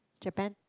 Japan